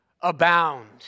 abound